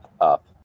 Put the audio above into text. up